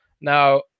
Now